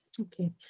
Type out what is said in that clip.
Okay